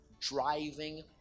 driving